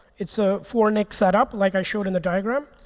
it's a four nic setup, like i showed in the diagram.